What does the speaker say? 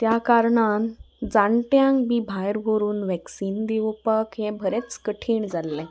त्या कारणान जाणट्यांक बी भायर व्हरून वॅक्सिन दिवपाक हें बरेंच कठीण जाल्लें